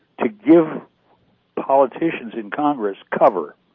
to give politicians in congress cover